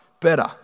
better